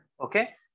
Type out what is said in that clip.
Okay